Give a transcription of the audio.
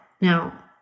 Now